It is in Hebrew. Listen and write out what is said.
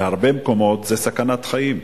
בהרבה מקומות, זה סכנת חיים.